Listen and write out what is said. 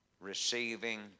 receiving